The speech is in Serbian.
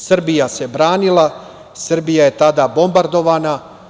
Srbija se branila, Srbija je tada bombardovana.